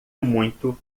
muito